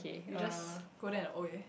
you just go there and !oi!